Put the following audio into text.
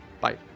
Bye